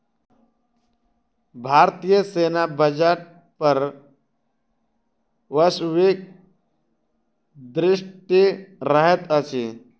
भारतीय सेना बजट पर वैश्विक दृष्टि रहैत अछि